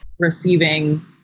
receiving